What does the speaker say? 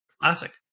Classic